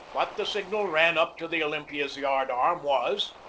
but the signal run up to the olympiads yard-arm was,